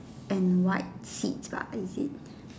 and white seats lah is it